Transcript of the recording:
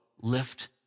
lift